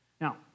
Now